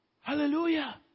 Hallelujah